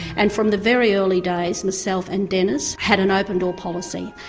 and from the very early days myself and dennis had an open door policy.